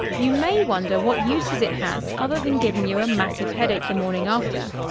you may wonder what uses it has other than giving you a massive headache the morning after.